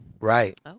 right